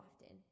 often